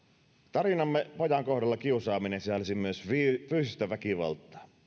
tarinamme pojan kohdalla kiusaaminen sisälsi myös fyysistä väkivaltaa